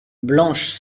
blanche